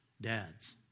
dads